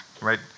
right